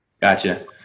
Gotcha